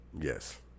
Yes